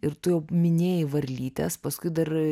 ir tu jau minėjai varlytes paskui dar